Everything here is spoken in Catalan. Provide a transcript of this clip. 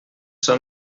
són